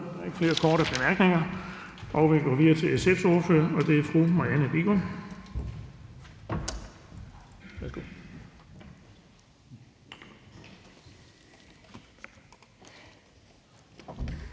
Der er ikke flere korte bemærkninger. Vi går videre til SF's ordfører, og det er fru Marianne Bigum.